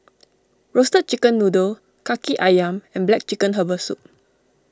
Roasted Chicken Noodle Kaki Ayam and Black Chicken Herbal Soup